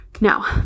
Now